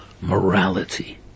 morality